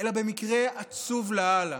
אלא במקרה עצוב לאללה,